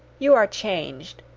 you are changed.